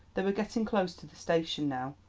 they were getting close to the station now.